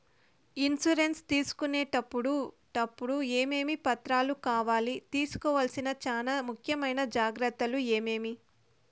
Insurance తీసుకునేటప్పుడు టప్పుడు ఏమేమి పత్రాలు కావాలి? తీసుకోవాల్సిన చానా ముఖ్యమైన జాగ్రత్తలు ఏమేమి?